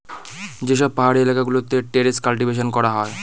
যে সব পাহাড়ি এলাকা গুলোতে টেরেস কাল্টিভেশন করা হয়